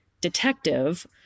detective